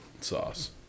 Sauce